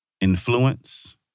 influence